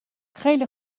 خیلی